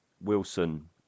Wilson